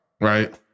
right